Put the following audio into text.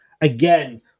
Again